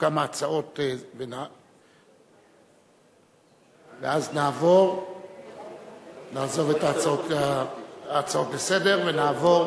ואז נעזוב את ההצעות לסדר-היום ונעבור